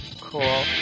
Cool